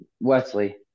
Wesley